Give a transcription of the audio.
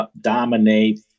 dominate